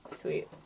Sweet